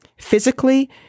Physically